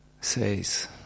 says